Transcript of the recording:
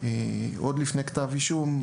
עוד לפני כתב אישום,